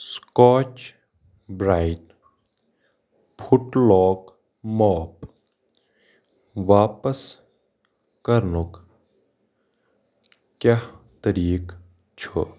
scotch Brite foot lock mop واپس کرنُک کیٛاہ طریٖقہٕ چھُ